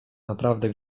naprawdę